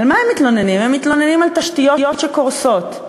הם מתלוננים על תשתיות שקורסות,